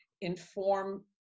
inform